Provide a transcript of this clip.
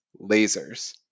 lasers